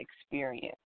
experience